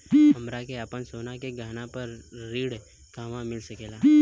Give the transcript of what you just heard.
हमरा के आपन सोना के गहना पर ऋण कहवा मिल सकेला?